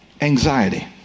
Anxiety